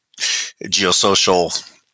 geosocial